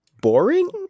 boring